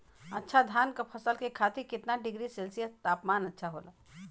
अच्छा धान क फसल के खातीर कितना डिग्री सेल्सीयस तापमान अच्छा होला?